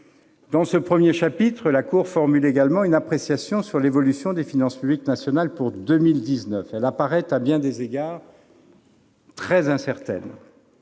Dans ce premier chapitre, la Cour formule également une appréciation sur l'évolution des finances publiques nationales pour 2019. Cette dernière apparaît, à bien des égards, très incertaine.